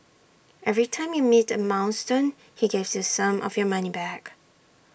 every time you meet A milestone he gives you some of your money back